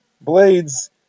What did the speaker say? blades